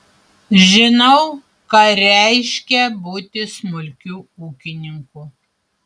žinau ką reiškia būti smulkiu ūkininku